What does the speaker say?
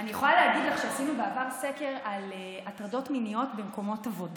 אני יכולה להגיד לך שעשינו בעבר סקר על הטרדות מיניות במקומות עבודה.